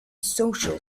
social